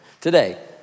today